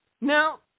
Now